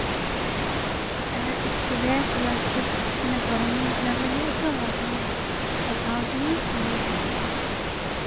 ᱤᱥᱠᱩᱞᱨᱮ scholarship ᱢᱟᱱᱮ form ᱤᱧ fill up ᱞᱟᱹᱜᱤᱫ ᱛᱚ ᱟᱫᱚ ᱮᱠᱟᱣᱩᱱᱴᱞᱤᱧ ᱠᱷᱩᱞᱟᱹᱣ ᱞᱟᱹᱜᱤᱫᱼᱟ